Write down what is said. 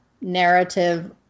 narrative